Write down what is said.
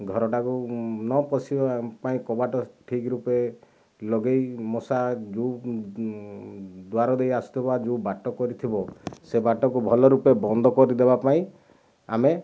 ଘରଟାକୁ ନ ପଶିବା ପାଇଁ କବାଟ ଠିକ୍ ରୂପେ ଲଗେଇ ମଶା ଦ୍ଵାର ଦେଇ ଆସୁଥିବା ଯେଉଁ ବାଟ କରିଥିବ ସେ ବାଟକୁ ଭଲ ରୂପେ ବନ୍ଦ କରିଦେବା ପାଇଁ ଆମେ